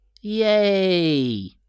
yay